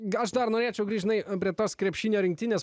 gal aš dar norėčiau grįžt žinai prie tos krepšinio rinktinės